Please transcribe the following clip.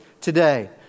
today